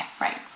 right